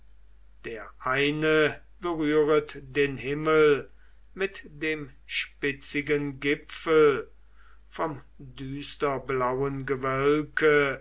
der eine berühret den himmel mit dem spitzigen gipfel vom düsterblauen gewölke